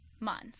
months